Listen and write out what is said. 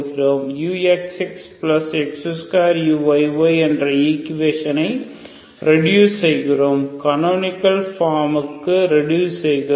uxxx2uyy0 என்ற ஈக்குவேஷனை reduce செய்கிறோம் கனோனிகள் ஃபார்ம் க்கு ரெடுஸ் செய்கிறோம்